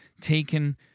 taken